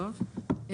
טוב,